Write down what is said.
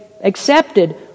accepted